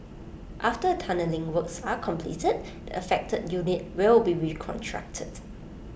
after tunnelling works are completed the affected unit will be reconstructed